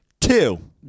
Two